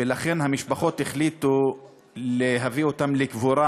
ולכן המשפחות החליטו להביא אותם לקבורה